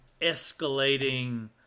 escalating